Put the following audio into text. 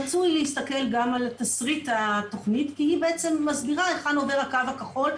רצוי להסתכל גם על תשריט התכנית כי הוא בעצם מסביר היכן עובר הקו הכחול,